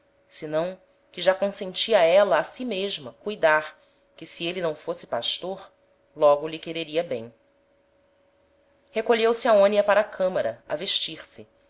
o que foi senão que já consentia éla a si mesma cuidar que se êle não fosse pastor logo lhe quereria bem recolheu-se aonia para a camara a vestir-se